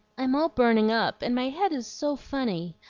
i'm all burning up, and my head is so funny.